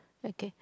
okay